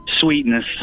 Sweetness